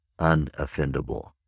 unoffendable